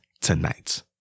tonight